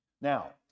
Now